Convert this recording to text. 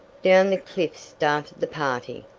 down the cliffs started the party.